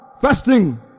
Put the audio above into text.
Fasting